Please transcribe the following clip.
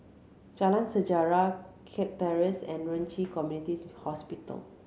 Jalan Sejarah Kirk Terrace and Ren Ci Community Hospital